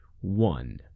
one